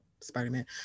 Spider-Man